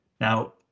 Now